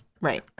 Right